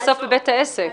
המסוף בבית העסק.